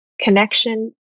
connection